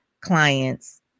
clients